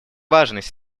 важность